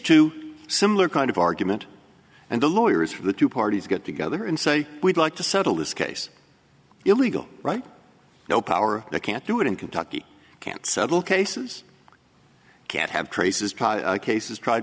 two similar kind of argument and the lawyers for the two parties get together and say we'd like to settle this case illegal right no power they can't do it in kentucky can't settle cases can't have traces of cases tried